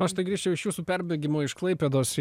aš tai grįžčiau iš jūsų perbėgimo iš klaipėdos į